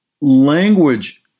language